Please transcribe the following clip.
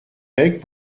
bec